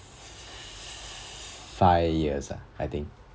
five years ah I think